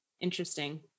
Interesting